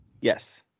yes